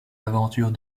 aventures